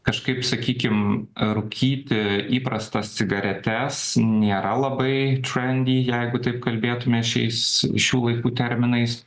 kažkaip sakykim rūkyti įprastas cigaretes nėra labai črendy jeigu taip kalbėtumėme šiais šių laikų terminais